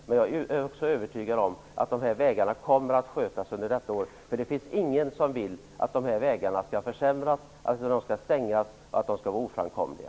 Men jag är också övertygad om att de enskilda vägarna kommer att skötas under detta år. Det finns ingen som vill att de skall försämras, att de skall stängas eller att de skall vara oframkomliga.